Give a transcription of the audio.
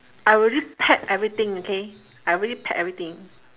I already pack everything okay I really pack everything